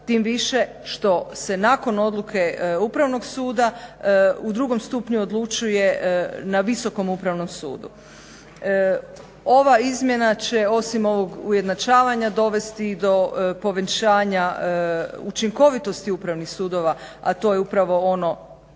tim više što se nakon odluke upravnog suda u drugom stupnju odlučuje na Visokom upravnom sudu. Ova izmjena će osim ovog ujednačavanja dovesti i do povećanja učinkovitosti upravnih sudova, a to je upravo ono